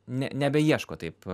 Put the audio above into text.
ne nebeieško taip